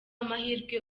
amahirwe